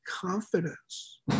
confidence